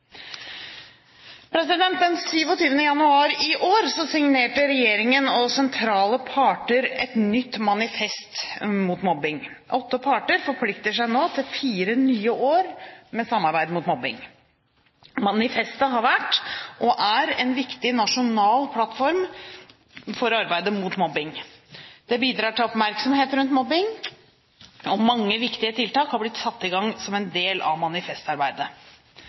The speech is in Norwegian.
Den 27. januar i år signerte regjeringen og sentrale parter et nytt Manifest mot mobbing. Åtte parter forplikter seg nå til fire nye år med samarbeid mot mobbing. Manifestet har vært, og er, en viktig nasjonal plattform for arbeidet mot mobbing. Det bidrar til oppmerksomhet rundt mobbing, og mange viktige tiltak har blitt satt i gang som del av manifestarbeidet.